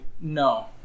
No